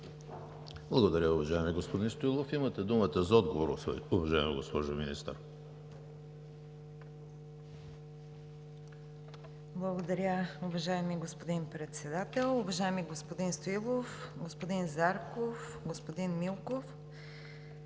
Благодаря Ви, уважаеми господин Стоилов. Имате думата за отговор, уважаема госпожо Министър. МИНИСТЪР ПЕТЯ АВРАМОВА: Благодаря Ви, уважаеми господин Председател. Уважаеми господин Стоилов, господин Зарков, господин Милков!